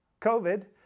COVID